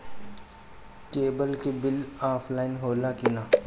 Cable के bill offline होला कि ना?